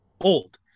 old